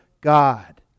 God